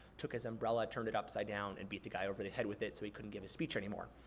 took his umbrella, turned it upside down, and beat the guy over the head with it, so he couldn't give his speech anymore.